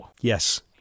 Yes